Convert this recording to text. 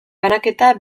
banaketa